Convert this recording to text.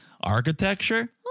architecture